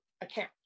account